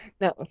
No